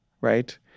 right